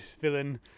villain